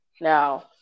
now